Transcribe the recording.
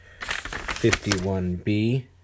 51b